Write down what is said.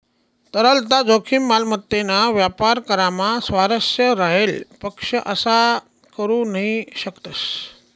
तरलता जोखीम, मालमत्तेना व्यापार करामा स्वारस्य राहेल पक्ष असा करू नही शकतस